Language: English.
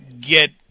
get